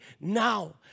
now